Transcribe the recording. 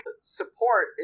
support